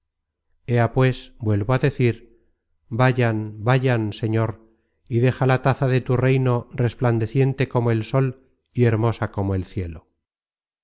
ea pues vuelvo á decir vayan vayan señor y deja la taza de tu reino resplandeciente como el sol y hermosa como el cielo